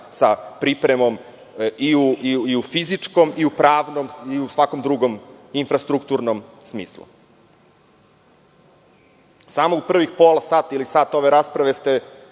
sa pripremom i u fizičkom i u pravnom i u svakom drugom, infrastrukturnom smislu. Samo u prvih pola sata ili sat ove rasprave ste